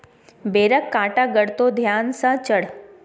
बेरक कांटा गड़तो ध्यान सँ चढ़